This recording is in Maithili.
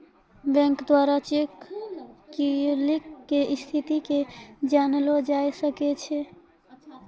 बैंक द्वारा चेक क्लियरिंग के स्थिति के जानलो जाय सकै छै